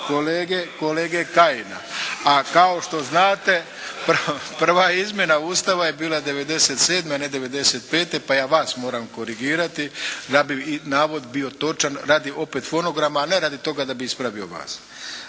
kolege Kajina. A kao što znate prva izmjena Ustava je bila '97. a ne '95., pa ja vas moram korigirati da bi navod bio točan radi opet fonograma, a ne radi toga da bi ispravio vas.